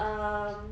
um